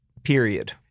period